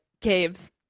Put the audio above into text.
caves